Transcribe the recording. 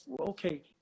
okay